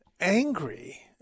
angry